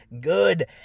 good